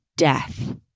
death